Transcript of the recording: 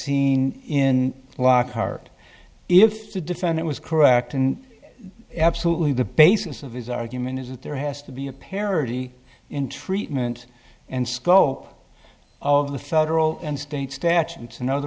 seen in lockhart if the defendant was correct and absolutely the basis of his argument is that there has to be a parity in treatment and scope of the federal and state statutes in other